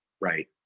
right